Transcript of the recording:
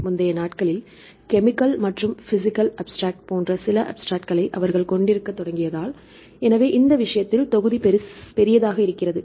முந்தைய நாட்களில் கெமிக்கல் மற்றும் பிஸிக்கல் அப்ஸ்ட்ரக்ட் போன்ற சில அப்ஸ்ட்ரக்ட்களை அவர்கள் கொண்டிருக்கத் தொடங்கியதால் எனவே இந்த விஷயத்தில் தொகுதி பெரியதாக இருக்கிறது